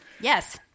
yes